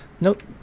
Nope